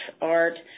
art